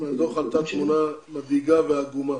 מהדוח עלתה תמונה מדאיגה ועגומה